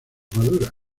maduras